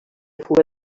fuga